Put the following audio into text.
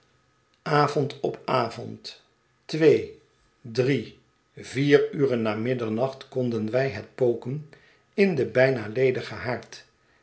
avond op avond twee drie vier uren na middernacht konden wij het poken in den bijna